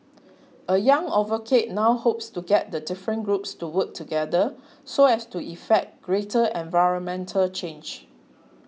a young now hopes to get the different groups to work together so as to effect greater environmental change